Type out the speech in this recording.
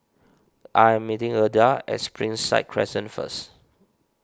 I am meeting Eartha at Springside Crescent first